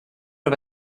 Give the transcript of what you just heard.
are